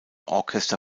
orchester